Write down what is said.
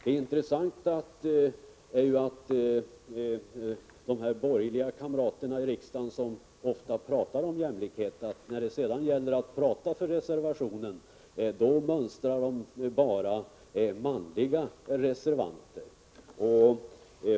Dessa borgerliga kamrater i riksdagen pratar så ofta om jämlikhet, men det är intressant att konstatera att när det gäller att tala för reservationen mönstrar de bara manliga reservanter.